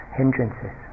hindrances